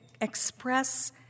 express